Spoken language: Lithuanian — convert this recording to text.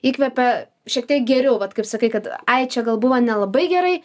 įkvepia šiek tiek geriau vat kaip sakai kad ai čia gal buvo nelabai gerai